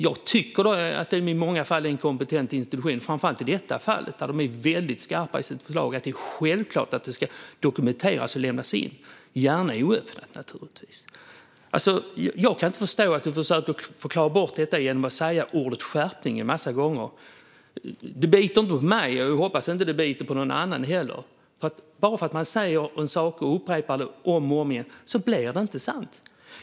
Jag tycker att det i många fall är en kompetent institution, framför allt i detta fall. De är väldigt skarpa i sitt förslag - det är självklart att det ska dokumenteras och lämnas in, gärna oöppnat, naturligtvis. Jag kan inte förstå att du försöker förklara bort detta genom att säga ordet "skärpning" en massa gånger. Det biter inte på mig, och jag hoppas att det inte biter på någon annan heller. Bara för att man upprepar en sak om och om igen blir den inte sann.